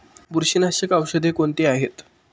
बुरशीनाशक औषधे कोणती आहेत?